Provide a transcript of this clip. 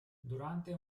durante